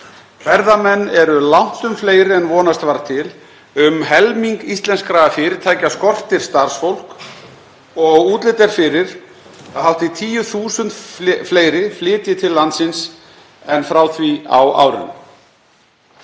Ferðamenn eru langtum fleiri en vonast var til, um helming íslenskra fyrirtækja skortir starfsfólk og útlit er fyrir að hátt í 10.000 fleiri flytji til landsins en frá því á árinu.